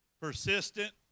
Persistent